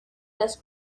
las